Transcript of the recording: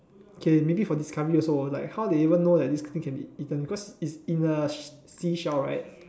okay maybe for discovery also like how they even know that this thing can be eaten because it's in the she~ seashell right